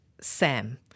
Sam